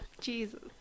Jesus